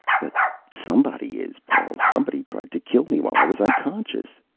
but somebody is, paul. somebody tried to kill me while i was unconscious!